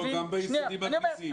לא, גם ביסודי מכניסים.